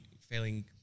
failing